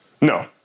No